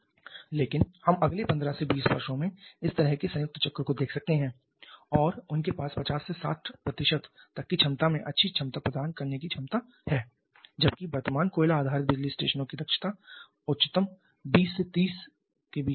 लेकिन हम अगले 15 से 20 वर्षों में इस तरह के संयुक्त चक्र को देख सकते हैं और उनके पास 50 से 60 तक की क्षमता में अच्छी दक्षता प्रदान करने की क्षमता है जबकि वर्तमान कोयला आधारित बिजली स्टेशनों की दक्षता उच्चतम 20 में ही हो सकती है